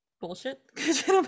bullshit